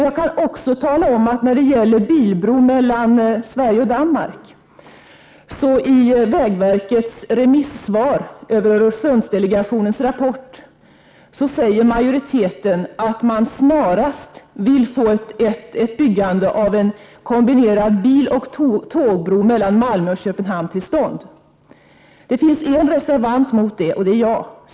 Jag kan också tala om att när det gällde bilbron mellan Sverige och Danmark sade majoriteten i vägverkets remissvar över Öresundsdelegationens rapport att man snarast vill få ett byggande av en kombinerad biloch tågbro mellan Malmö och Köpenhamn till stånd. Det finns en reservant mot detta, och det är jag.